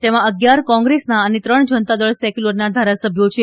તેમાં અગીયાર કોંગ્રેસના અને ત્રણ જનતા દળ સેકયુલરના ધારાસભ્યો છે